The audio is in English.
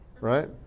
Right